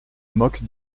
moque